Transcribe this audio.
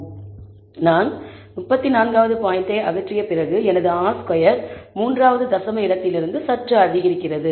எனவே நான் 34 வது பாயிண்டை அகற்றிய பிறகு எனது R ஸ்கொயர் 3 வது தசம இடத்திலிருந்து சற்று அதிகரிக்கிறது